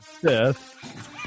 Sith